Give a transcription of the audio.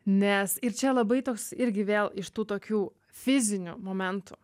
nes ir čia labai toks irgi vėl iš tų tokių fizinių momentų